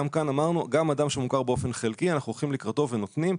גם כאן אמרנו שגם אדם שמוכר באופן חלקי אנחנו הולכים לקראתו ונותנים,